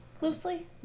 Loosely